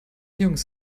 jungs